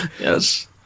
Yes